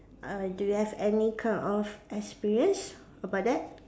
uh do you have any kind of experience about that